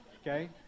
okay